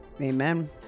Amen